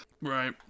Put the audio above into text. Right